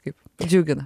kaip džiugina